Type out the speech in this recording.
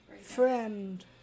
friend